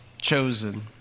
chosen